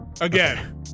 again